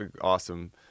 awesome